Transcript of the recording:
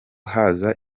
haza